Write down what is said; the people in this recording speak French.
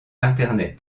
internet